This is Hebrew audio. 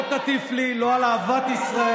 לא תטיף לי לא על אהבת ישראל,